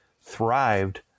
thrived